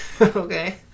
Okay